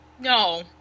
No